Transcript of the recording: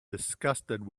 disgusted